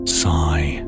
sigh